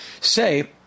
say